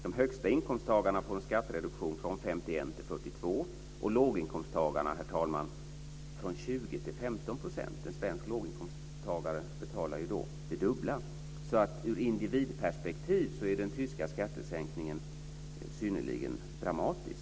De högsta inkomsttagarna får en skattereduktion från 51 till 42 % och låginkomsttagarna från 20 till 15 %. En svensk låginkomsttagare betalar då det dubbla. Ur individperspektiv är den tyska skattesänkningen synnerligen dramatisk.